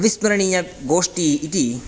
अविस्मरणीयगोष्टी इति